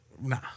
Nah